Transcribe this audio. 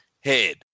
head